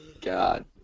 God